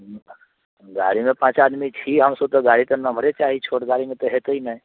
गाड़ीमे पाँच आदमी छी हमसब तऽ गाड़ी तऽ नम्हरे चाही छोट गाड़ीमे तऽ हेतै नहि